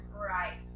right